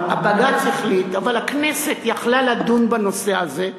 בג"ץ החליט, אבל הכנסת יכלה לדון בנושא הזה,